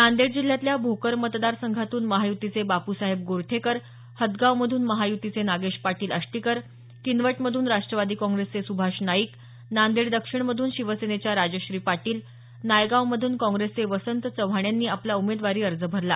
नांदेड जिल्ह्यातल्या भोकर मतदार संघातून महायूतीचे बापूसाहेब गोरठेकर हदगावमधून महायुतीचे नागेश पाटील आष्टीकर किनवटमधून राष्टवादी काँग्रेसचे सुभाष नाईक नांदेड दक्षिणमधून शिवसेनेच्या राजश्री पाटील नायगावमधून काँग्रेसचे वसंत चव्हाण यांनी आपला उमेदवारी अर्ज भरला